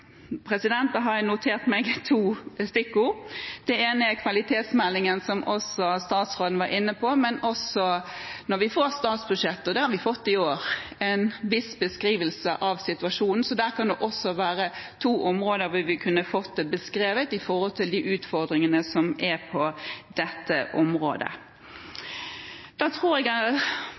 har jeg notert meg to stikkord. Det ene er kvalitetsmeldingen, som også statsråden var inne på, men også når vi får statsbudsjettet, og der har vi i år fått en viss beskrivelse av situasjonen. Så det er to områder hvor vi kunne få beskrevet de utfordringene som er på dette området. Da tror jeg jeg